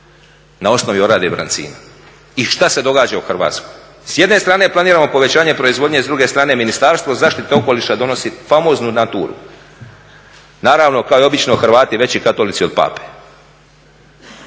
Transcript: na osnovi orade i brancina. I šta se događa u Hrvatskoj? S jedne strane planiramo povećanje proizvodnje s druge strane Ministarstvo zaštite okoliša donosi famoznu Natura-u, naravno kao i obično Hrvati veći katolici od Pape